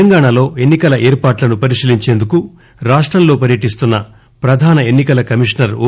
తెలంగాణాలో ఎన్ని కల ఏర్పాట్లను పరిశీలించేందుకు రాష్టంలో పర్యటిస్తున్న ప్రధాన ఎన్సికల కమీషనర్ ఓ